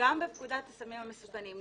בפקודת הסמים המסוכנים,